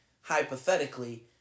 Hypothetically